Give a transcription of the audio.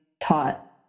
taught